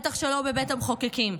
בטח שלא בבית המחוקקים.